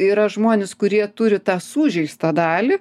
yra žmonės kurie turi tą sužeistą dalį